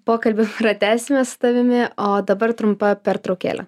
pokalbį pratęsime su tavimi o dabar trumpa pertraukėlė